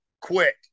quick